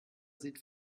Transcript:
sieht